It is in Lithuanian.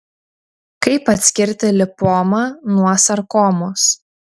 kaip atskirti lipomą nuo sarkomos